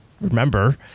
remember